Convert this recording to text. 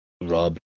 Rob